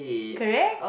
correct